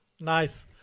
nice